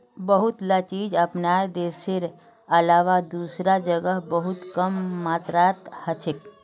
बहुतला चीज अपनार देशेर अलावा दूसरा जगह बहुत कम मात्रात हछेक